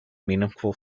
meaningful